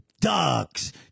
ducks